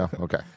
Okay